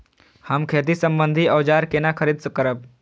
हम खेती सम्बन्धी औजार केना खरीद करब?